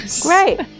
Great